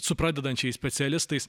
su pradedančiais specialistais